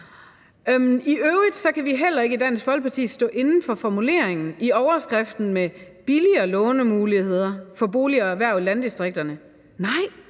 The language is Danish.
I øvrigt kan vi i Dansk Folkeparti heller ikke stå inde for formuleringen i overskriften med billigere lånemuligheder for boliger og erhverv i landdistrikterne. Nej,